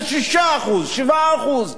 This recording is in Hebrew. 7% 10%,